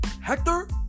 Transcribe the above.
Hector